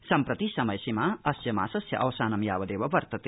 सम्प्रति समयसीमा अस्य मासस्य अवसानं यावदेव वर्तते